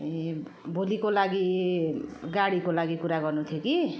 ए भोलिको लागि गाडीको लागि कुरा गर्नु थियो कि